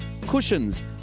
cushions